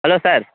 hello sir